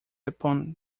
upon